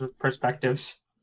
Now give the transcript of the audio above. perspectives